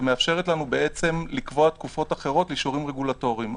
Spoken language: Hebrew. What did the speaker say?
שמאפשרת לנו לקבוע תקופות אחרות לאישורים רגולטוריים.